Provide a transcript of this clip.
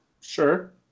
Sure